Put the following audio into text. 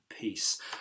peace